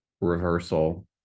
reversal